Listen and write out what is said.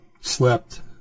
slept